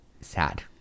Sad